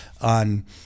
on